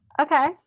Okay